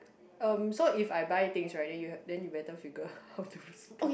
um so if I buy things right then you then you better figure how to stuff